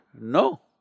No